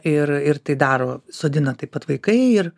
ir ir tai daro sodina taip pat vaikai ir